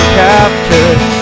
captured